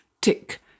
Tick